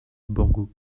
borgo